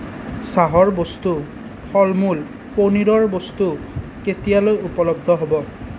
চাহৰ বস্তু ফল মূল পনীৰৰ বস্তু কেতিয়ালৈ উপলব্ধ হ'ব